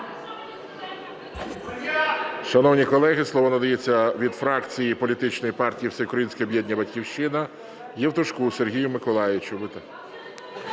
Шановні колеги, слово надається від фракції політичної партії "Всеукраїнське об'єднання "Батьківщина" Євтушку Сергію Миколайовичу.